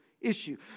issue